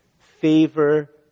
favor